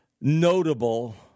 notable